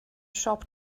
siop